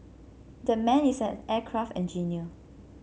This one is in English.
that man is an aircraft engineer